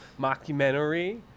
mockumentary